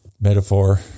Metaphor